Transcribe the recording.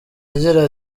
agira